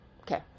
okay